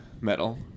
metal